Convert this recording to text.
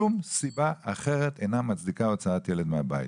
שום סיבה אחרת אינה מצדיקה הוצאת ילד מהבית.